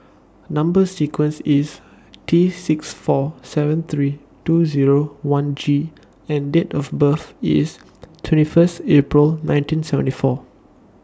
Number sequence IS T six four seven three two Zero one G and Date of birth IS twenty First April nineteen seventy four